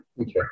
okay